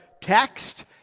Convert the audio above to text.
text